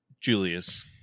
Julius